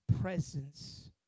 presence